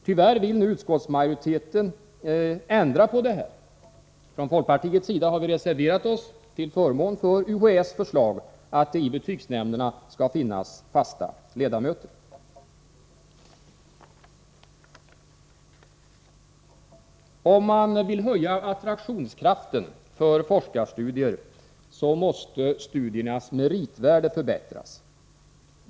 Tyvärr vill nu utskottsmajoriteten ändra på detta. Från folkpartiets sida har vi reserverat oss till förmån för UHÄ:s förslag att det i betygsnämnderna skall finnas fasta ledamöter. Om man vill höja attraktionskraften hos forskarstudier måste studiernas meritvärde förbättras.